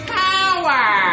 power